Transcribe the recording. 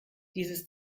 dieses